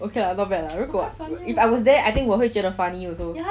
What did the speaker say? okay lah not bad lah 如果 if I was there I think 我会觉得 funny also